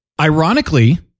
Ironically